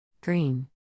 Green